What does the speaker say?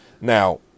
Now